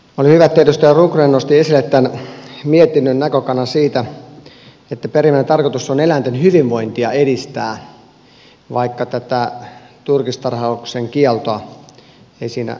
on hyvä että edustaja rundgren nosti esille tämän mietinnön näkökannan siitä että perimmäinen tarkoitus on eläinten hyvinvointia edistää vaikka tätä turkistarhauksen kieltoa ei siinä kannatettukaan